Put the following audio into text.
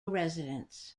residents